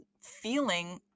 feeling